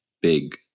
big